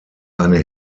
eine